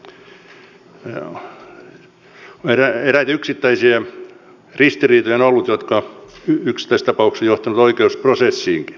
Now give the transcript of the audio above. on ollut eräitä yksittäisiä ristiriitoja jotka ovat yksittäistapauksissa johtaneet oikeusprosessiinkin